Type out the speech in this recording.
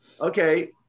Okay